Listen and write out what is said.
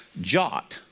jot